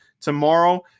tomorrow